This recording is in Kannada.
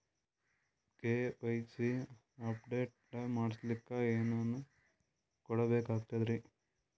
ಕೆ.ವೈ.ಸಿ ಅಪಡೇಟ ಮಾಡಸ್ಲಕ ಏನೇನ ಕೊಡಬೇಕಾಗ್ತದ್ರಿ?